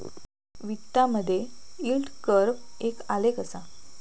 वित्तामधे yield curve एक आलेख असा